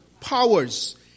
powers